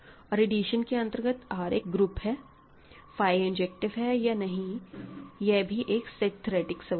और एडिशन के अंतर्गत R एक ग्रुप है फाई इंजेक्टिवे है या नहीं यह भी एक सेट थेओरेटिक सवाल है